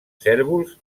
cérvols